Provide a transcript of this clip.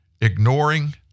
ignoring